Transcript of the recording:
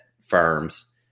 firms